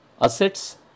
Assets